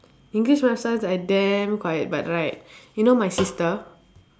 english maths science I damn quiet but right you know my sister